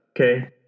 okay